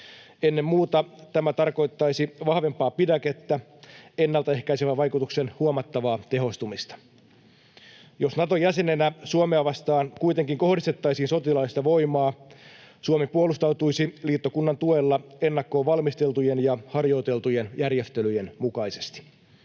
Ennen muuta tämä tarkoittaisi vahvempaa pidäkettä, ennaltaehkäisevän vaikutuksen huomattavaa tehostumista. Jos Naton jäsenenä Suomea vastaan kuitenkin kohdistettaisiin sotilaallista voimaa, Suomi puolustautuisi liittokunnan tuella ennakkoon valmisteltujen ja harjoiteltujen järjestelyjen mukaisesti.